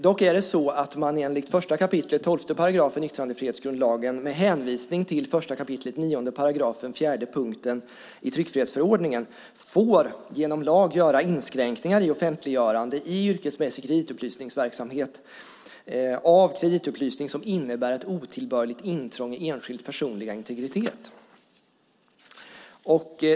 Dock är det så att man enligt 1 kap. 12 § yttrandefrihetsgrundlagen med hänvisning till 1 kap. 9 § 4 tryckfrihetsförordningen genom lag får göra inskränkningar i offentliggörande i yrkesmässig kreditupplysningsverksamhet av kreditupplysning som innebär ett otillbörligt intrång i enskilds personliga integritet.